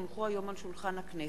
כי הונחו היום על שולחן הכנסת,